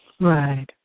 Right